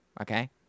Okay